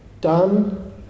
done